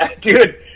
Dude